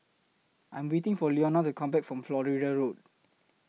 I'm waiting For Leonia to Come Back from Florida Road